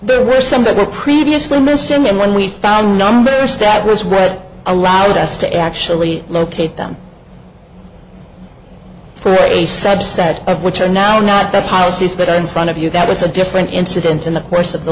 there were some that were previously missing and when we found numbers that was read allowed us to actually locate them for a subset of which are now not the policies that are in front of you that was a different incident in the course of the